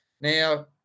Now